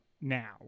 now